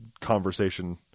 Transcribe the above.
conversation